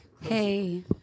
Hey